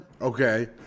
Okay